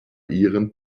ihren